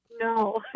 no